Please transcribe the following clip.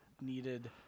needed